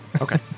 Okay